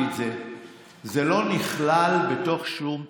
זה לא נכלל בתוך שום תקציב.